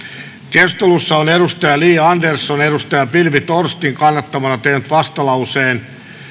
keskustelussa on li andersson pilvi torstin kannattamana tehnyt vastalauseen